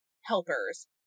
helpers